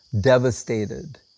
Devastated